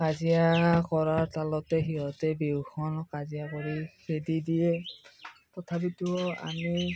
কাজিয়া কৰাৰ তালতে সিহঁতে বিহুখন কাজিয়া কৰি খেদি দিয়ে তথাপিতো আমি